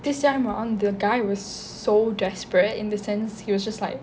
this one ah the guy was so desperate in the sense he was just like